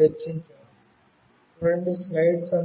చర్చించాను